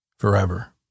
forever